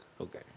Okay